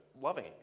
loving